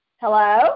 Hello